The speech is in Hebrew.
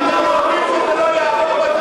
אתם יודעים שזה לא יעבור.